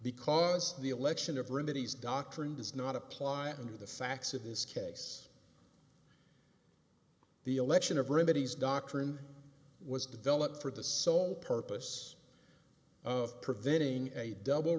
because the election of remedies doctrine does not apply under the facts of this case the election of remedies doctrine was developed for the sole purpose of preventing a double